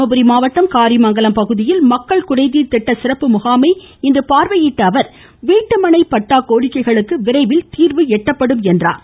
தர்மபரி மாவட்டம் காரிமங்கலம் பகுதியில் மக்கள் குறைதீர் திட்ட சிறப்பு முகாமை பார்வையிட்ட அவர் வீட்டுமனை பட்டா கோரிக்கைகளுக்கு விரைவில் தீர்வு காணப்படும் என்றார்